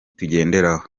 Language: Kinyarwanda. tugenderaho